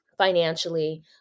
financially